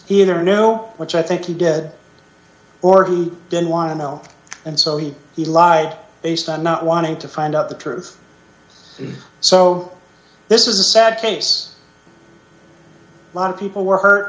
either no which i think he dead or he didn't want to know and so he he lied based on not wanting to find out the truth so this is a sad case a lot of people were hurt